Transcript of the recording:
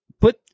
put